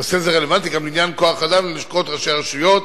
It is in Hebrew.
נושא זה רלוונטי גם לעניין כוח-אדם ללשכות ראשי הרשויות,